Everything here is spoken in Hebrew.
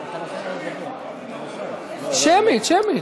שמית, שמית.